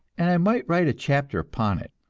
and i might write a chapter upon it.